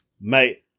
Mate